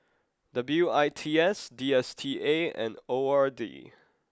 W I T S D S T A and O R D